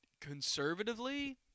conservatively